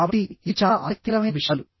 కాబట్టి ఇవి చాలా ఆసక్తికరమైన విషయాలు